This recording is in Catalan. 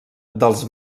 dels